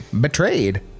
Betrayed